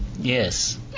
yes